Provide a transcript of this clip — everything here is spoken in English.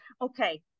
Okay